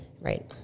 Right